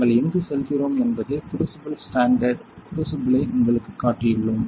நாங்கள் எங்கு செல்கிறோம் என்பது க்ரூசிபிள் ஸ்டாண்டர்டு க்ரூசிபிள்லை உங்களுக்குக் காட்டியுள்ளோம்